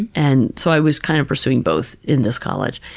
and so i was kind of pursuing both in this college.